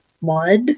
mud